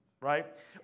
Right